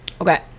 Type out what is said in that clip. Okay